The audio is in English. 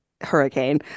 hurricane